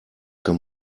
kann